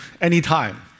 anytime